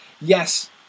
Yes